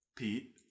Pete